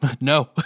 No